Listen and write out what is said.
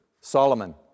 Solomon